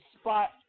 spot